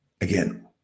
Again